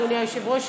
אדוני היושב-ראש,